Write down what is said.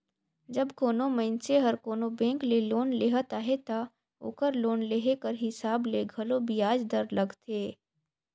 जब कोनो मइनसे हर कोनो बेंक ले लोन लेहत अहे ता ओकर लोन लेहे कर हिसाब ले घलो बियाज दर लगथे